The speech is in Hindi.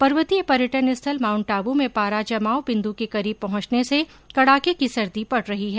पर्वतीय पर्यटन स्थल माउन्ट आबू में पारा जमाव बिन्दु के करीब पहचने से कड़ाके की सर्दी पड़ रही है